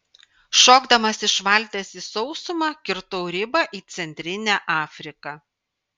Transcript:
šokdamas iš valties į sausumą kirtau ribą į centrinę afriką